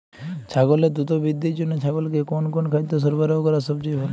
ছাগলের দ্রুত বৃদ্ধির জন্য ছাগলকে কোন কোন খাদ্য সরবরাহ করা সবচেয়ে ভালো?